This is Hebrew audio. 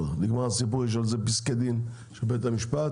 נגמר הסיפור, יש על זה פסקי דין של בית המשפט.